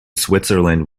switzerland